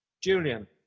Julian